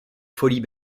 folies